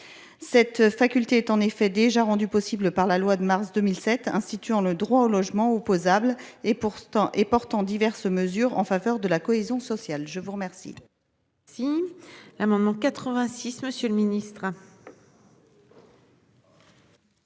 Cette faculté est en effet déjà rendu possible par la loi de mars 2007 instituant le droit au logement opposable et pourtant et portant diverses mesures en faveur de la cohésion sociale. Je vous remercie.